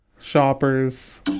shoppers